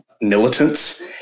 militants